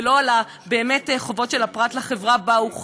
ולא על החובות של הפרט לחברה שבה הוא חי.